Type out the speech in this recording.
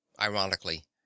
ironically